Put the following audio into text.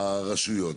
הרשויות.